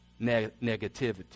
negativity